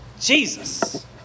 Jesus